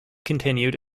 continued